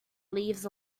leaves